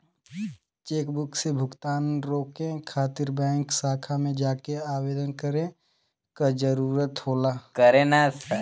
chequebook से भुगतान रोके खातिर बैंक शाखा में जाके आवेदन करे क जरुरत होला